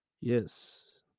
Yes